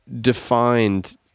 defined